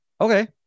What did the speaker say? okay